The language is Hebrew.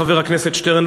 חבר הכנסת שטרן,